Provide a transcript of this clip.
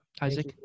Isaac